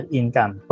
income